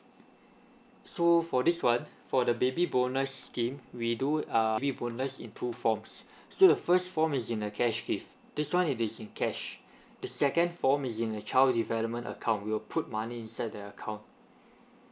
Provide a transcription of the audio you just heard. so for this one for the baby bonus scheme we do uh baby bonus in two forms so the first form is in a cash gift this one it is in cash the second form is in the child development account we'll put money inside the account